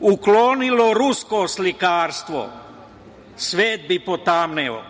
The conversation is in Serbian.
uklonilo rusko slikarstvo, svet bi potamneo.